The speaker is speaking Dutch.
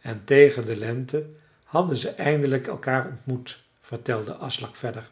en tegen de lente hadden ze eindelijk elkaar ontmoet vertelde aslak verder